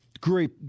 great